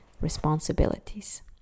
responsibilities